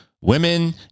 women